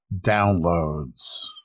Downloads